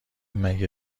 مگه